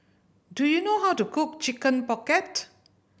do you know how to cook Chicken Pocket